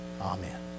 Amen